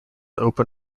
open